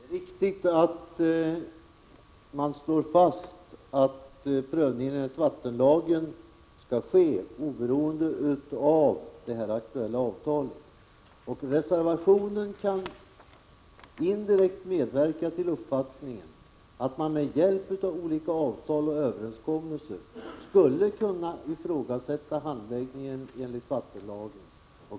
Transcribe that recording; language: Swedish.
Herr talman! Det är riktigt att utskottet slår fast att prövningen enligt vattenlagen skall ske oberoende av det aktuella avtalet. Reservationen kan indirekt medverka till uppfattningen att man med hjälp av olika avtal och överenskommelser skulle kunna ifrågasätta handläggningen enligt vattenlagen.